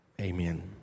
Amen